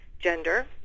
gender